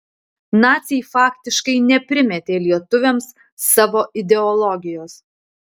naciai faktiškai neprimetė lietuviams savo ideologijos